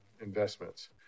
investments